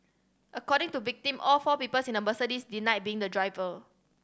according to victim all four peoples in the Mercedes denied being the driver